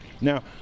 Now